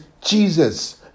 Jesus